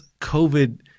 COVID